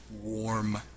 warm